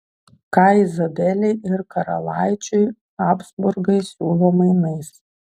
ką izabelei ir karalaičiui habsburgai siūlo mainais